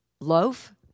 loaf